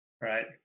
right